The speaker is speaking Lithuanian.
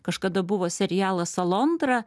kažkada buvo serialas alondra